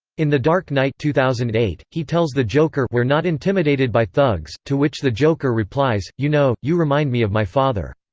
in the dark knight two thousand and eight, he tells the joker we're not intimidated by thugs, to which the joker replies, you know, you remind me of my father.